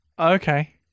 Okay